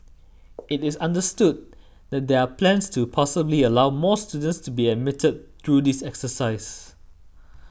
it is understood that there are plans to possibly allow more students to be admitted through this exercise